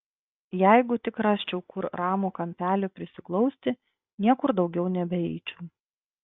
jeigu tik rasčiau kur ramų kampelį prisiglausti niekur daugiau nebeeičiau